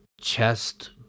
chest